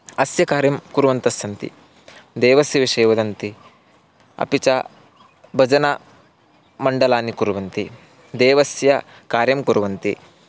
अस्य कार्यं कुर्वन्तस्सन्ति देवस्य विषये वदन्ति अपि च भजनमण्डलानि कुर्वन्ति देवस्य कार्यं कुर्वन्ति